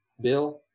Bill